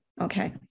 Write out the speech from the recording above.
okay